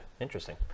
Interesting